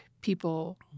people